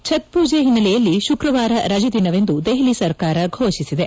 ಛತ್ ಪೂಜೆ ಹಿನ್ನೆಲೆಯಲ್ಲಿ ಶುಕ್ರವಾರ ರಜೆ ದಿನವೆಂದು ದೆಹಲಿ ಸರ್ಕಾರ ಘೋಷಿಸಿದೆ